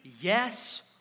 yes